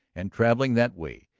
and, travelling that way,